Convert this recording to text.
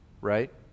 Right